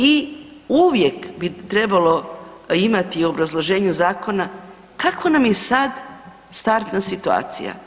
I uvijek bi trebalo imati u obrazloženju zakona kako nam je sad startna situacija?